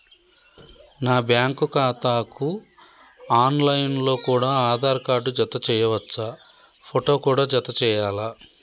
నా బ్యాంకు ఖాతాకు online లో కూడా ఆధార్ కార్డు జత చేయవచ్చా ఫోటో కూడా జత చేయాలా?